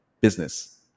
business